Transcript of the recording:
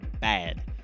bad